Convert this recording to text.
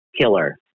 killer